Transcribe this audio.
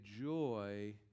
joy